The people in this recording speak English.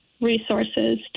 resources